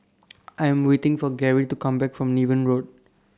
I Am waiting For Gary to Come Back from Niven Road